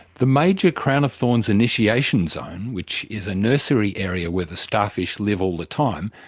the major crown of thorns initiation zone, which is a nursery area where the starfish live all the time,